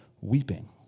weeping